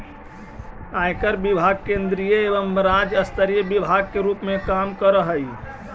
आयकर विभाग केंद्रीय एवं राज्य स्तरीय विभाग के रूप में काम करऽ हई